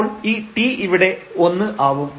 അപ്പോൾ ഈ t ഇവിടെ 1 ആവും